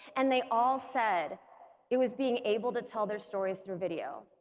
and they all said it was being able to tell their stories through video